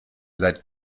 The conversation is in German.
seit